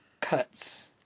Cuts